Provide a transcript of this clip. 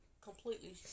completely